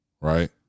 right